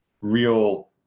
real